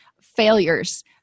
failures